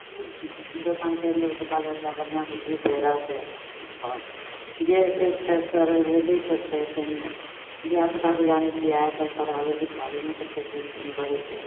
दोकान करि लेबै तऽ बाल बच्चा बढ़िआँसे जितै रहतै जे हेतै सर हेबे करतै फेर धिआपुताके जानै छिए आइकाल्हि पढ़ाबै लिखाबैमे कतेक टेन्शन बढ़ै छै